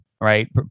right